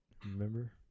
Remember